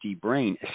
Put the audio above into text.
brain